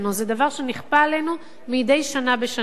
זה דבר שנכפה עלינו מדי שנה בשנה.